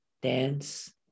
dance